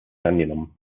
angenommen